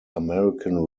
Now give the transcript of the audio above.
american